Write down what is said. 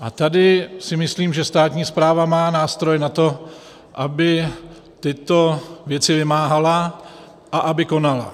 A tady si myslím, že státní správa má nástroje na to, aby tyto věci vymáhala a aby konala.